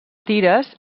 tires